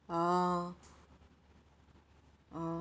ah oh